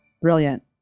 Brilliant